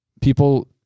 people